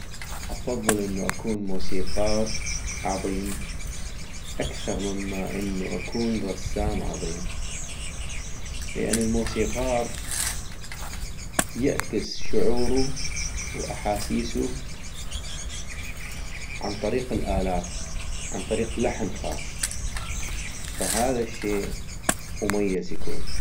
افضل انو اكون موسيقار عظيم اكثغ مما انو اكون رسام عظيم - لان الموسيقار يعكس شعورو واحاسيسو عن طريق الآلات ، عن طريق لحن خاص ، فهذا الشي مميز يكون